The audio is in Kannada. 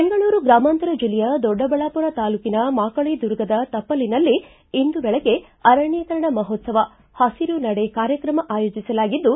ಬೆಂಗಳೂರು ಗ್ರಾಮಾಂತರ ಜಿಲ್ಲೆಯ ದೊಡ್ಡಬಳ್ಳಾಪುರ ತಾಲ್ಲೂಕಿನ ಮಾಕಳ ದುರ್ಗದ ತಪ್ಪಲಿನಲ್ಲಿ ಇಂದು ಬೆಳಗ್ಗೆ ಅರಣ್ಣೀಕರಣ ಮಹೋತ್ತವ ಹಸಿರು ನಡೆ ಕಾರ್ಯಕ್ರಮ ಆಯೋಜಿಸಲಾಗಿದ್ದು